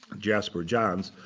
jasper johns,